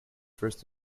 first